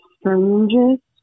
Strangest